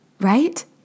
right